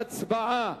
הצבעה.